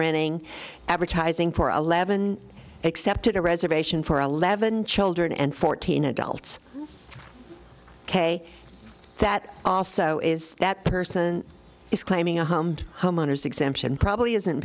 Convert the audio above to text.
running advertising for eleven except a reservation for eleven children and fourteen adults ok that also is that person is claiming a home and homeowners exemption probably isn't